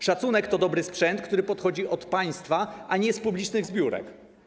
Szacunek to dobry sprzęt, który pochodzi od państwa, a nie z publicznych zbiórek.